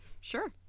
sure